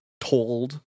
told